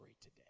today